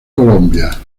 colombia